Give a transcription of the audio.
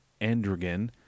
androgen